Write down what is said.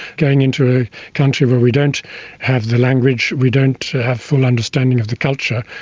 going into a country where we don't have the language, we don't have full understanding of the culture,